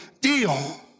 deal